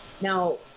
Now